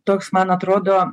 toks man atrodo